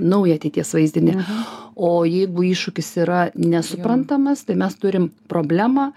naują ateities vaizdinį o jeigu iššūkis yra nesuprantamas tai mes turim problemą